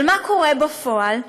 אבל מה קורה בפועל?